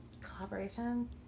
Collaboration